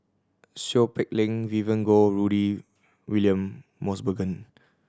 Seow Peck Leng Vivien Goh Rudy William Mosbergen